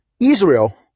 Israel